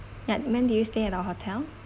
ya when did you stay at our hotel